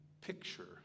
picture